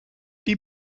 die